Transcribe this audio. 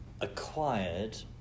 acquired